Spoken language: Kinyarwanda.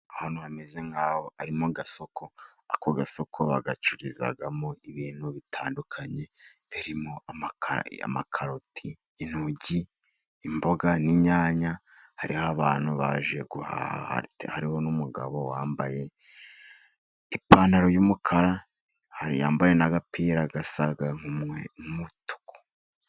Ahantu hameze nk'a ari mu gasoko. Ako gasoko gacururizwamo ibintu bitandukanye birimo: amakaroti, intogi, imboga, n'inyanya. Hariho abantu baje guhaha, hariho n'umugabo wambaye ipantaro y'umukara, yambaye n'agapira gasa nk'umutuku.